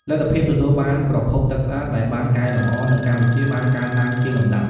លទ្ធភាពទទួលបានប្រភពទឹកស្អាតដែលបានកែលម្អនៅកម្ពុជាបានកើនឡើងជាលំដាប់។